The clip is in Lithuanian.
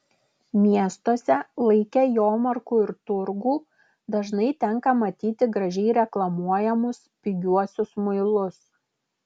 miestuose laike jomarkų ir turgų dažnai tenka matyti gražiai reklamuojamus pigiuosius muilus